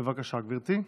בבקשה, גברתי,